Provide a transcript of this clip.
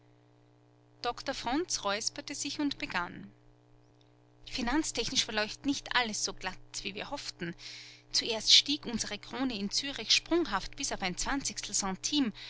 doktor fronz räusperte sich und begann finanztechnisch verläuft nicht alles so glatt wie wir hofften zuerst stieg unsere krone in zürich sprunghaft bis auf ein zwanzigstel